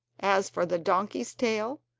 as for the donkey's tail,